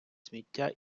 сміття